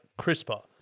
CRISPR